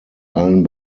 allen